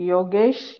Yogesh